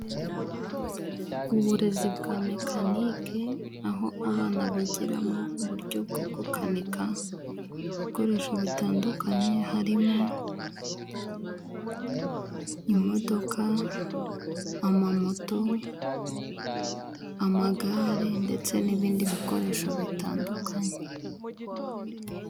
Uburezi bwa mekanike, aho abana bigiramo uburyo bwo gukanika ibikoresho bitandukanye, harimo imodoka, amamoto, amagare ndetse n'ibindi bikoresho bitandukanye.